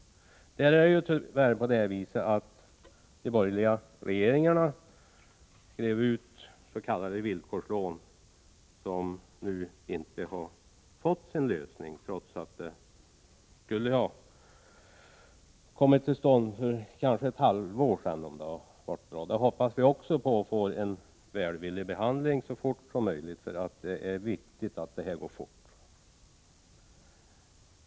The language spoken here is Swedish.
Tyvärr är det så att de s.k. villkorslån som de borgerliga "regeringarna på sin tid utlovade ännu inte har kommit till stånd, trots att de borde ha kunnat göra det för minst ett halvår sedan. Även i det här fallet hoppas vi kunna få en välvillig behandling så snart som möjligt, eftersom det är viktigt att ärendet inte fördröjs ytterligare.